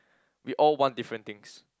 we all want different things